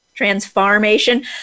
transformation